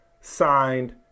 signed